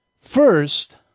First